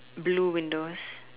blue windows